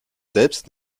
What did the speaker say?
selbst